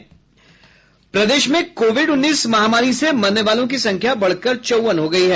प्रदेश में कोविड उन्नीस महामारी से मरने वालों की संख्या बढ़कर चौवन हो गयी है